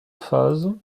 phases